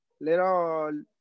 little